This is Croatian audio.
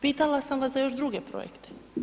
Pitala sam vas za još druge projekte.